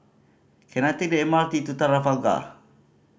can I take the M R T to Trafalgar